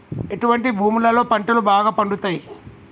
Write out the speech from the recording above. ఎటువంటి భూములలో పంటలు బాగా పండుతయ్?